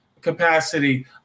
capacity